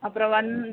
அப்புறம் வந்து